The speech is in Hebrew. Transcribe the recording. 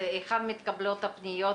ובעיקר תושבי הבית שלנו,